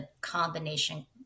combination